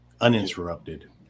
uninterrupted